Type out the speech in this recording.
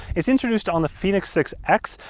its introduced on the fenix six x.